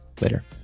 later